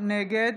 נגד